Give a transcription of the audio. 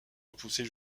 repoussés